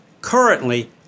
currently